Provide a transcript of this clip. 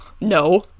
no